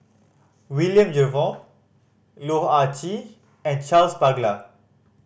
William Jervoi Loh Ah Chee and Charles Paglar